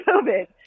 COVID